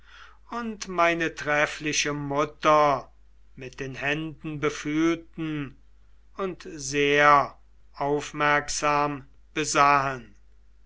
und meine treffliche mutter mit den händen befühlten und sehr aufmerksam besahen